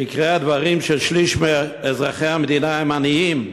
שעיקרי הדברים בו הם ששליש מאזרחי המדינה הם עניים,